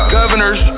governors